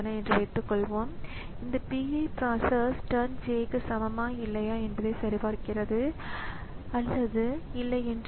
எனவே Unix operating ஸிஸ்டத்தில் முதல் கணினி செயல்முறை என்பது init என்று பெயரிடப்பட்ட செயல்முறை ஆகும்